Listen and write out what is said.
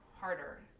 harder